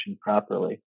properly